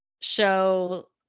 show